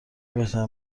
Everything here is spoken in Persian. بهترین